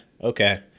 okay